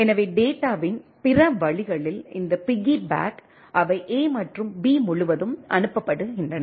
எனவே டேட்டாவின் பிற வழிகளில் இந்த பிக்கிபேக் அவை A மற்றும் B முழுவதும் அனுப்பப்படுகின்றன